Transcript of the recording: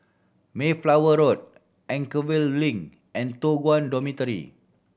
Mayflower Road Anchorvale Link and Toh Guan Dormitory